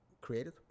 created